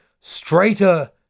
straighter